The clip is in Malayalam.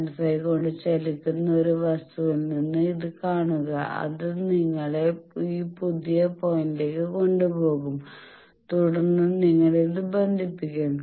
15 കൊണ്ട് ചലിക്കുന്ന ഒരു വസ്തുവിൽ നിന്ന് ഇത് കാണുക അത് നിങ്ങളെ ഈ പുതിയ പോയിന്റിലേക്ക് കൊണ്ടുപോകും തുടർന്ന് നിങ്ങൾ ഇത് ബന്ധിപ്പിക്കും